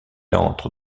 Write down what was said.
entre